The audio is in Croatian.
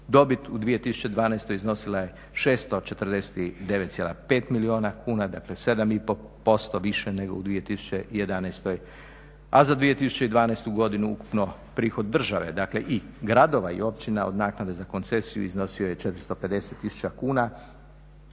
dobit u 2012. iznosila je 649,5 milijuna kuna dakle 7,5% više nego u 2011., a za 2012. godinu ukupno prihod države dakle i gradova i općina od naknade za koncesiju iznosio je 450 000 kuna,